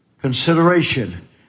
consideration